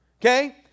Okay